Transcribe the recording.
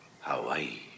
Hawaii